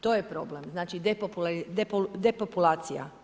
To je problem. znači depopulacija.